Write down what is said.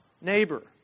neighbor